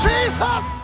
Jesus